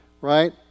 Right